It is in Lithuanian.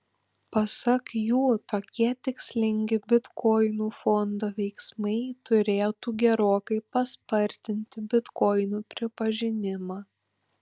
pasak jų tokie tikslingi bitkoinų fondo veiksmai turėtų gerokai paspartinti bitkoinų pripažinimą